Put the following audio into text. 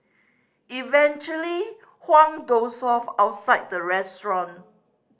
eventually Huang dozed off outside the restaurant